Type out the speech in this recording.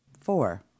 four